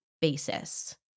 basis